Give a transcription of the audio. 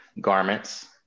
garments